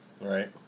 right